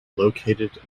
located